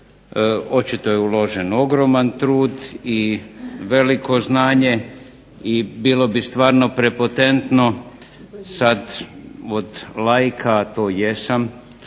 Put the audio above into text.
Očito je uložen ogroman trud i veliko znanje i bilo bi stvarno prepotentno sad od laika, a to jesam,